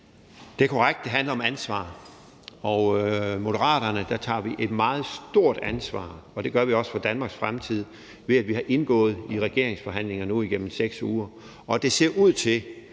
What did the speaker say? at det handler om ansvar, og i Moderaterne tager vi et meget stort ansvar, og det gør vi også for Danmarks fremtid, ved at vi har indgået i regeringsforhandlinger nu igennem 6 uger. Og det ser ud til,